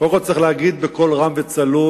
קודם כול צריך להגיד בקול רם וצלול: